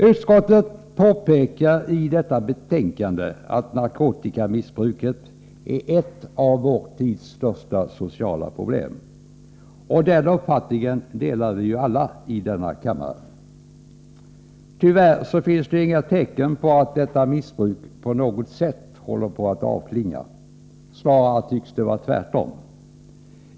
Utskottet påpekar i detta betänkande att narkotikamissbruket är ett av vår tids största sociala problem, och den uppfattningen delar vi väl alla i denna kammare. Tyvärr finns det inga tecken på att detta missbruk på något sätt håller på att avklinga. Snarare tycks det vara tvärtom.